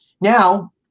Now